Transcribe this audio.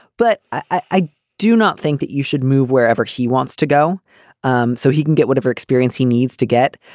but i do not think that you should move wherever he wants to go um so he can get whatever experience he needs to get.